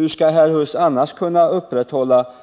Hur skall herr Huss annars kunna